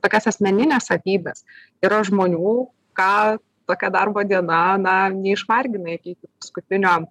tokias asmenines savybes yra žmonių ką tokia darbo diena na neišvargina iki paskutinio